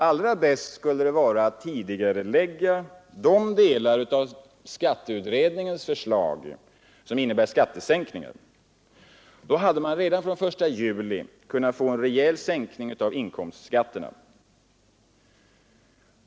Allra bäst skulle det vara att tidigarelägga de delar av skatteutredningens förslag som innebär skattesänkningar. Då hade man redan från den 1 juli kunnat få en rejäl sänkning av inkomstskatterna.